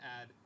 add